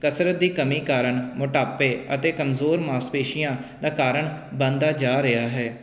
ਕਸਰਤ ਦੀ ਕਮੀ ਕਾਰਨ ਮੋਟਾਪੇ ਅਤੇ ਕਮਜ਼ੋਰ ਮਾਸਪੇਸ਼ੀਆਂ ਦਾ ਕਾਰਨ ਬਣਦਾ ਜਾ ਰਿਹਾ ਹੈ